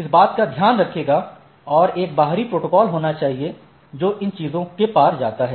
इस बात का ध्यान रखेगा और एक बाहरी प्रोटोकॉल होना चाहिए जो इन चीजों के पार जाता है